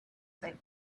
they